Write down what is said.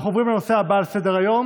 אנחנו עוברים לנושא הבא על סדר-היום,